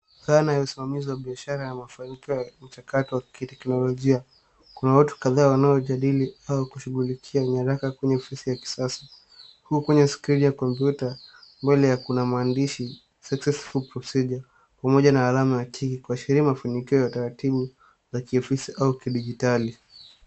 Dhana ya usimamizi wa biashara ya mafanikio ya mchakato wa kiteknolojia. Kuna watu kadhaa wanaojadili au kushughulikia nyaraka kwenye ofisi ya kisasa huku kwenye skrini ya kompyuta mbele kuna maandishi successful procedure pamoja na alama ya T kuashiria mafanikio ya utaratibu za kiofisi au kidijitali.